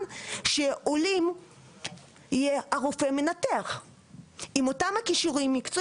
שעולים יהיה רופא מנתח עם אותם הכישורים?